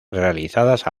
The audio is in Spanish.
realizadas